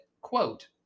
quote